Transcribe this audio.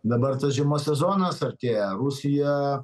dabar tas žiemos sezonas artėja rusija